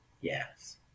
yes